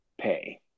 pay